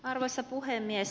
arvoisa puhemies